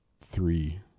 three